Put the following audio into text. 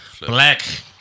Black